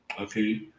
okay